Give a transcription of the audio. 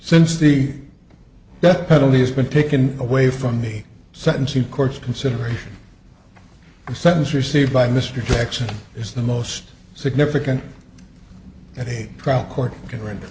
since the death penalty has been taken away from me sentencing courts consideration the sentence received by mr jackson is the most significant that